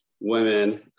women